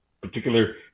particular